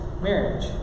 Marriage